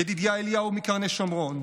ידידיה אליהו מקרני שומרון,